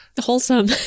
wholesome